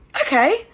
okay